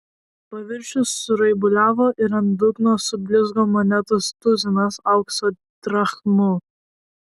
paviršius suraibuliavo ir ant dugno sublizgo monetos tuzinas aukso drachmų